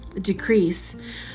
decrease